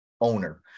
owner